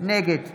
נגד